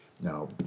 Now